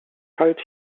kalt